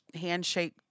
handshake